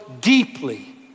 deeply